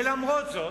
למרות זאת,